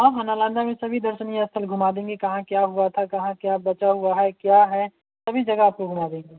हाँ हाँ नालंदा में सभी दर्शनीय स्थल घूमा देंगे कहाँ क्या हुआ था कहाँ क्या बचा हुआ है क्या है सभी जगह आपको घूमा देंगे